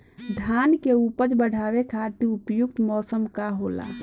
धान के उपज बढ़ावे खातिर उपयुक्त मौसम का होला?